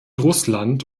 russland